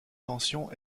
tensions